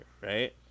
right